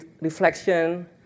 reflection